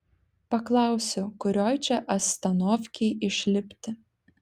paklausiu kurioj čia astanovkėj išlipti